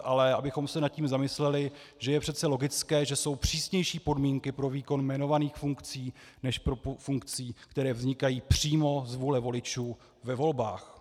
Ale abychom se nad tím zamysleli, že je logické, že jsou přísnější podmínky pro výkon jmenovaných funkcí než funkcí, které vznikají přímo z vůle voličů ve volbách.